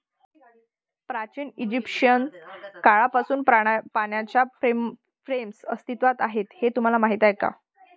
प्राचीन इजिप्शियन काळापासून पाण्याच्या फ्रेम्स अस्तित्वात आहेत हे तुम्हाला माहीत आहे का?